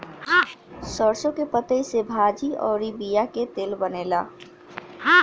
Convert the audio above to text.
सरसों के पतइ से भाजी अउरी बिया के तेल बनेला